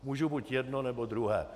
Můžu buď jedno, nebo druhé.